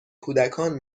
کودکان